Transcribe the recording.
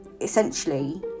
essentially